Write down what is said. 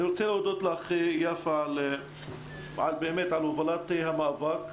אני רוצה להודות לך, יפה, על הובלת המאבק.